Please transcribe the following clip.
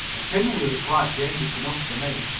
a pinwheel is quite dangerous enough for me.